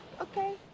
Okay